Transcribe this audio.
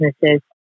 businesses